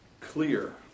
clear